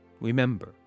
remember